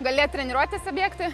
galėt treniruotėse bėgti